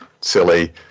silly